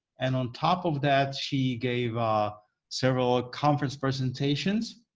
and on top of that, she gave ah several conference presentations.